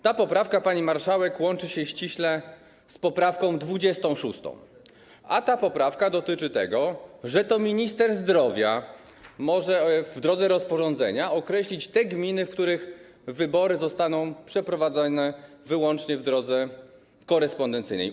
Ta poprawka, pani marszałek, łączy się ściśle z poprawką 26., która dotyczy tego, że to minister zdrowia może, w drodze rozporządzenia, określić te gminy, w których wybory zostaną przeprowadzone wyłącznie w drodze głosowania korespondencyjnego.